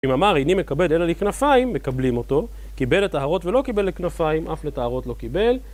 אם אמר איני מקבל אין לי כנפיים, מקבלים אותו, קיבל לתערות ולא קיבל לכנפיים, אף לתערות לא קיבל